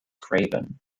craven